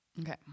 Okay